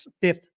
fifth